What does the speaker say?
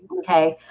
okay,